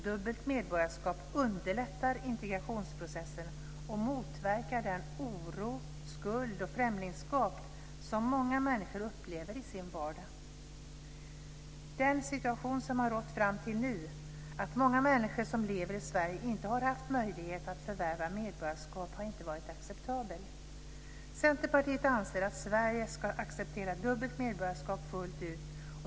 Dubbelt medborgarskap underlättar integrationsprocessen och motverkar den oro, den skuld och det främlingskap som många människor upplever i sin vardag. Den situation som rått fram till nu, att många människor som lever i Sverige inte har haft möjlighet att förvärva medborgarskap, har inte varit acceptabel. Centerpartiet anser att Sverige ska acceptera dubbelt medborgarskap fullt ut.